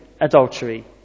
adultery